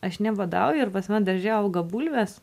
aš nebadauju ir pas man darže auga bulvės